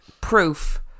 proof